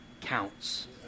counts